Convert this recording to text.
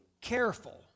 careful